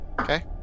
Okay